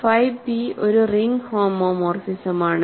phi p ഒരു ring ഹോമോമോർഫിസമാണ്